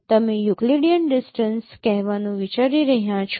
તમે Euclidean distance કહેવાનું વિચારી રહ્યા છો